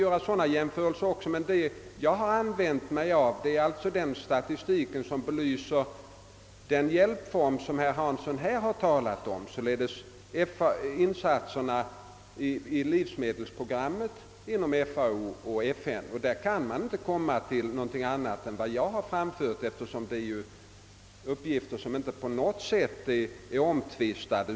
Man kan naturligtvis göra sådana jämförelser, men den statistik jag använt belyser den hjälpform herr Hansson har tagit upp i detta sammanhang, nämligen insatserna i livsmedelsprogrammet inom FAO och FN. På denna punkt kan man inte komma till något annat resultat än det jag anfört, eftersom uppgifterna i denna statistik inte är på något sätt omtvistade.